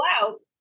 out